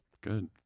Good